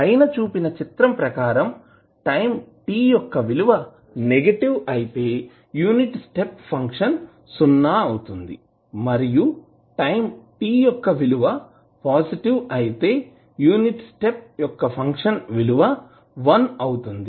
పైన చూపిన చిత్రం ప్రకారం టైం t యొక్క విలువ నెగటివ్ అయితే యూనిట్ స్టెప్ ఫంక్షన్ సున్నా అవుతుంది మరియు టైం t యొక్క విలువ పాజిటివ్ అయితే యూనిట్ స్టెప్ యొక్క ఫంక్షన్ విలువ వన్ అవుతుంది